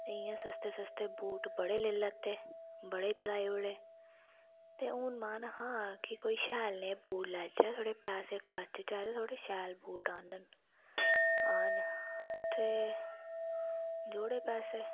इ'यां सस्ते सस्ते बूट बड़े लेई लैते में बड़े चलाए ते मन हा कोई शैल जेहा बूट लैचे पैसे खर्चने चाहिदे शैल बूट खरीदने आस्तै ते जोडे़ पैसे